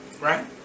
Right